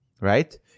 right